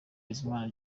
bizimana